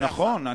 נכון,